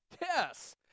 Yes